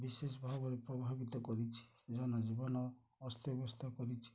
ବିଶେଷ ଭାବରେ ପ୍ରଭାବିତ କରିଛି ଜନଜୀବନ ଅସ୍ତ ବ୍ୟସ୍ତ କରିଛି